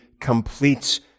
completes